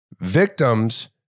Victims